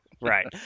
Right